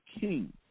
king